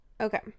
okay